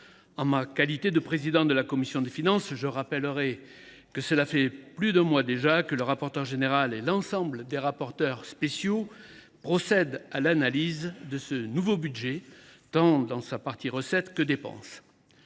En ma qualité de président de la commission des finances, je rappelle que, depuis plus d’un mois déjà, M. le rapporteur général et l’ensemble des rapporteurs spéciaux procèdent à l’analyse de ce nouveau budget, recettes et dépenses